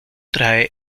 trae